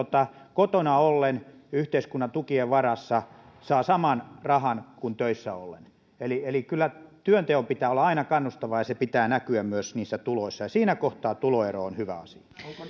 kotona ollen yhteiskunnan tukien varassa saa saman rahan kuin töissä ollen eli eli kyllä työnteon pitää olla aina kannustavaa ja sen pitää näkyä myös niissä tuloissa ja siinä kohtaa tuloero on hyvä